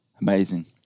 amazing